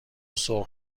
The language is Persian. سرخ